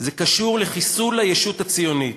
זה קשור לחיסול הישות הציונית,